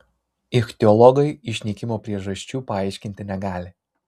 ichtiologai išnykimo priežasčių paaiškinti negali